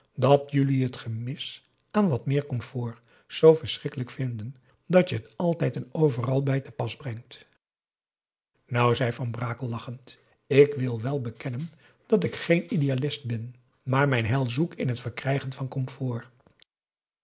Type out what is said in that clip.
dat jullie t gemis aan wat meer comfort z verschrikkelijk vinden dat je het altijd en overal bij te pas brengt nou zei van brakel lachend ik wil wel bekennen dat ik geen idealist ben maar mijn heil zoek in t verkrijgen van comfort